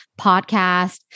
podcast